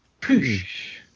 Push